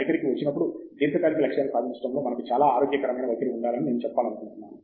వైఖరికి వచ్చినప్పుడు దీర్ఘకాలిక లక్ష్యాన్ని సాధించటములో మనకు చాలా ఆరోగ్యకరమైన వైఖరి ఉండాలి అని నేను చెప్పాలనుకుంటున్నాను